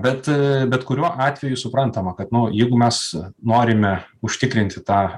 bet bet kuriuo atveju suprantama kad nu jeigu mes norime užtikrinti tą